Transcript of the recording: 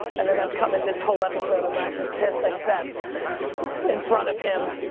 and then that's comin' this whole episode. i'm actually pissed i sat in front of him.